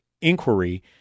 inquiry